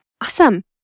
awesome